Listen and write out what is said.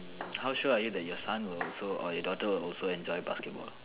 how sure are you that your son will also or your daughter will also enjoy basketball